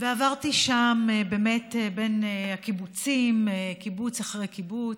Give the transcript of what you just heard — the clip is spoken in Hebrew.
ועברתי שם בין הקיבוצים, קיבוץ אחרי קיבוץ.